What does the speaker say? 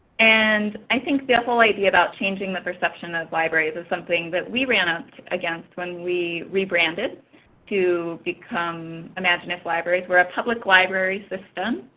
and i think the whole idea about changing the perception of libraries is something but we ran up against when we rebranded to become imagineif libraries. we are a public library system